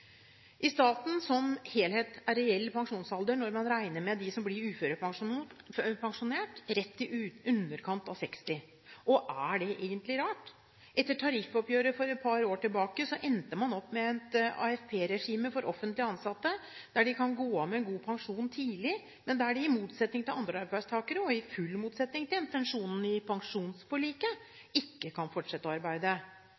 I staten som helhet er reell pensjonsalder – når man regner med dem som blir uførepensjonert – rett i underkant av 60. Er det egentlig rart? Etter tariffoppgjøret for et par år siden endte man opp med et AFP-regime for offentlig ansatte der de kan gå av med en god pensjon tidlig, men der de i motsetning til andre arbeidstakere, og helt i motsetning til intensjonene i